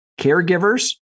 caregivers